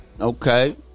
Okay